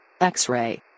x-ray